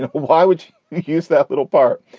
why would you use that little part?